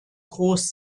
groß